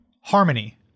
Harmony